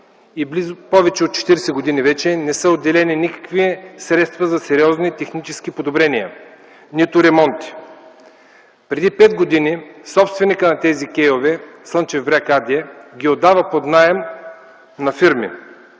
и повече от четиридесет години вече не са отделени никакви средства за сериозни технически подобрения, нито за ремонти. Преди пет години собственикът на тези кейове – „Слънчев бряг” АД, ги отдава под наем на фирми.